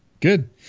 Good